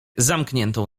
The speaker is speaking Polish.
zamkniętą